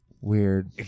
weird